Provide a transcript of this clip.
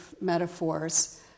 metaphors